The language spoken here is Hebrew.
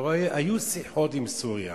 הרי היו שיחות עם סוריה